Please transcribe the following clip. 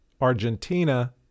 Argentina